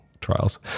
trials